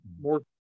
More